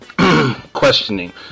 questioning